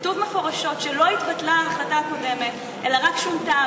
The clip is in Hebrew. כתוב מפורשות שלא התבטלה ההחלטה הקודמת אלא רק שונתה,